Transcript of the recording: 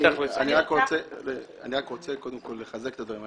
אני רק רוצה קודם כול לחזק את הדברים.